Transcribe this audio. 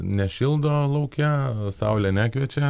nešildo lauke saulė nekviečia